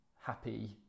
happy